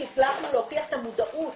שהצלחנו להוכיח את המודעות